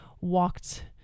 walked